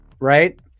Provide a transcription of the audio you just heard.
right